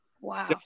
Wow